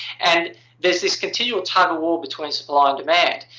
and this this continual tug of war between supply and demand.